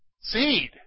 Seed